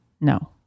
No